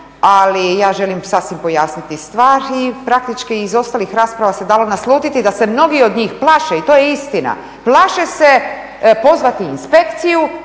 ali ja želim sasvim pojasniti stvar i praktički iz ostalih rasprava se dalo naslutiti da se mnogi od njih plaše, i to je istina, plaše se pozvati inspekciju